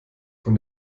von